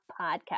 podcast